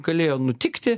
galėjo nutikti